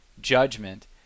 judgment